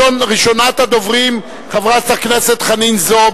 הצעות לסדר-היום מס' 5077, 5078,